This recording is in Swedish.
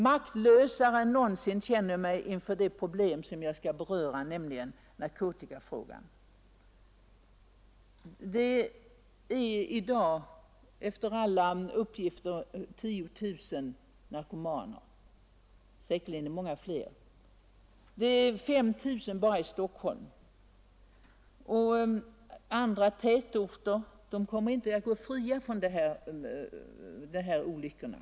Maktlösare än någonsin känner jag mig inför det problem som jag skall beröra, nämligen narkotikafrågan. Det finns i dag enligt alla uppgifter 10 000 narkomaner. Säkerligen är det många fler. Det är 5 000 bara i Stockholm, och andra tätorter kommer inte att gå fria från de här olyckorna.